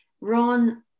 ron